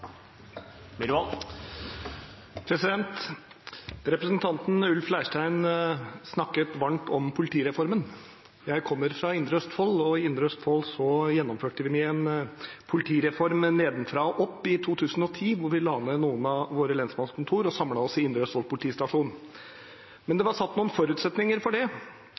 Representanten Ulf Leirstein snakket varmt om politireformen. Jeg kommer fra Indre Østfold, og i Indre Østfold gjennomførte vi en politireform, nedenfra og opp, i 2010, hvor vi la ned noen av våre lensmannskontorer og samlet oss i Indre Østfold politistasjon. Men det var satt noen forutsetninger for det,